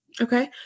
Okay